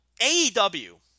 AEW